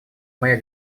моя